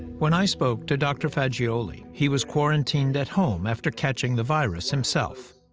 when i spoke to dr. fagiuoli, he was quarantined at home after catching the virus himself.